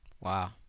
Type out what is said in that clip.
wow